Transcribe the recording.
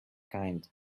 kind